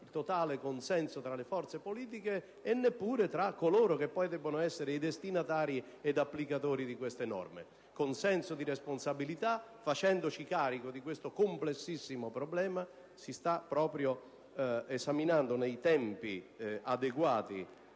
è totale consenso tra le forze politiche e neppure tra coloro che devono essere i destinatari ed applicatori di queste norme. Con senso di responsabilità, facendoci carico di questo complessissimo problema, si sta proprio esaminando nei tempi adeguati